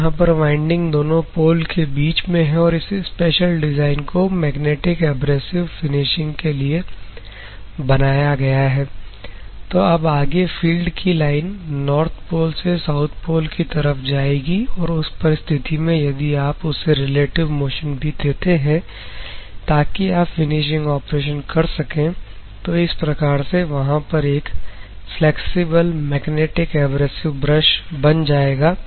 तो यहां पर वाइंडिंग दोनों पोल के बीच में है और इस स्पेशल डिजाइन को मैग्नेटिक एब्रेसिव फिनिशिंग के लिए बनाया गया है तो अब आगे फील्ड की लाइन नॉर्थ पोल से साउथ पोल की तरफ जाएगी और उस परिस्थिति में यदि आप उसे रिलेटिव मोशन भी देते हैं ताकि आप फिनिशिंग ऑपरेशन कर सकें तो इस प्रकार से वहां पर एक फ्लैक्सिबल मैग्नेटिक एब्रेसिव ब्रश बन जाएगा